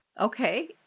Okay